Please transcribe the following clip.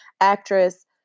actress